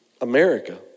America